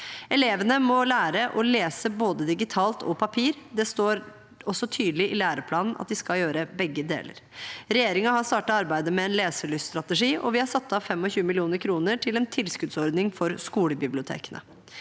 Elevene må lære å lese både digitalt og på papir. Det står også tydelig i læreplanen at de skal gjøre begge deler. Regjeringen har startet arbeidet med en leselyststrategi, og vi har satt av 25 mill. kr til en tilskuddsordning for skolebibliotekene.